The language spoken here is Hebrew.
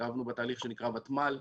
התאהבנו בתהליך שנקרא וותמ"ל,